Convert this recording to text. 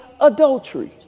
adultery